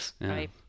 right